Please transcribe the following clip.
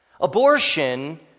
Abortion